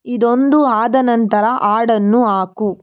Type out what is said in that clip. ಇದೊಂದು ಆದನಂತರ ಹಾಡನ್ನು ಹಾಕು